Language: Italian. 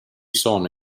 sono